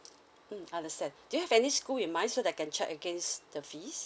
mm understand do you have any school in mind so that I can check against the fees